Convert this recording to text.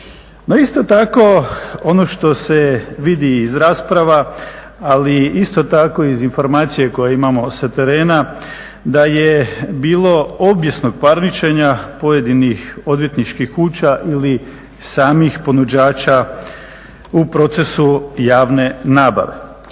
isto tako ono što se vidi iz rasprava, ali isto tako i iz informacije koje imamo sa terena da je bilo obijesnog parničenja pojedinih odvjetničkih kuća ili samih ponuđača u procesu javne nabave.